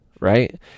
right